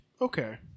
Okay